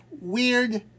weird